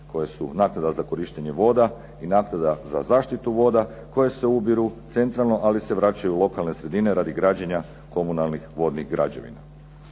koje su naknada za korištenje voda, i naknada za zaštitu voda, koje se ubiru centralno, ali se vraćaju u lokalne sredine radi građenja komunalnih vodnih građevina.